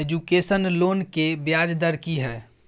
Education loan के ब्याज दर की हय?